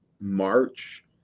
March